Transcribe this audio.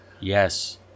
Yes